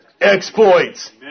exploits